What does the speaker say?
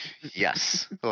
yes